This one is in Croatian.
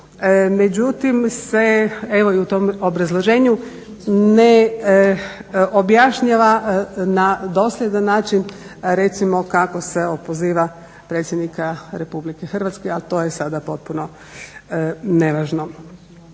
međutim se evo i u tom obrazloženju ne objašnjava na dosljedan način recimo kako se opoziva predsjednika RH, a to je sada potpuno nevažno.